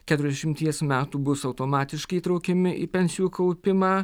keturiasdešimties metų bus automatiškai įtraukiami į pensijų kaupimą